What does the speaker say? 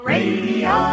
Radio